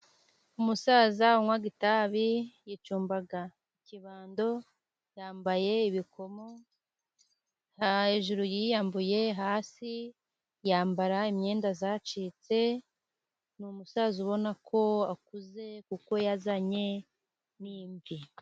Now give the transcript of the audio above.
Umusaza unywa itabi yicumba ikibando yambaye ibikomo hejuru yiyambuye hasi yambara imyenda yacitse ni umusaza ubona ko akuze kuko yazanye n' imvi.